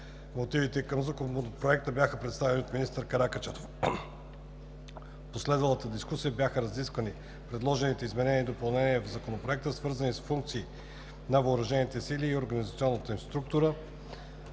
Мотивите към Законопроекта бяха представени от министър Красимир Каракачанов. В последвалата дискусия бяха разисквани предложените изменения и допълнения в Законопроекта, свързани с функции на въоръжените сили и организационната им структура,